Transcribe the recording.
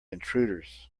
intruders